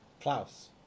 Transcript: Klaus